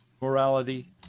morality